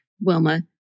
Wilma